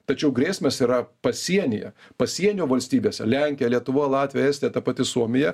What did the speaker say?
tačiau grėsmės yra pasienyje pasienio valstybėse lenkija lietuva latvija estija ta pati suomija